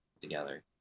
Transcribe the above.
together